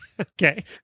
Okay